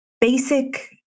basic